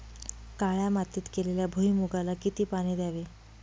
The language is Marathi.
काळ्या मातीत केलेल्या भुईमूगाला किती पाणी द्यावे?